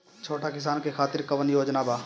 छोटा किसान के खातिर कवन योजना बा?